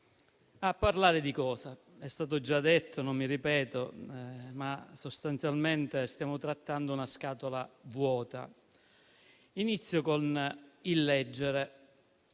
a parlare di cosa? È stato già detto, non mi ripeto: sostanzialmente, stiamo trattando di una scatola vuota. Inizio leggendo